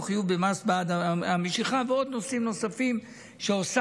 חיוב במס בעד המשיכה ועוד נושאים נוספים שהוספנו,